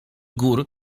gór